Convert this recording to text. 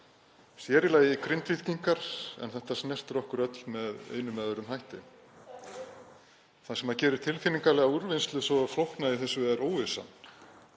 sér í lagi Grindvíkingar, en þetta snertir okkur öll með einum eða öðrum hætti. Það sem gerir tilfinningalega úrvinnslu svo flókna í þessu er óvissan.